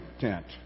tent